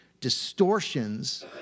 distortions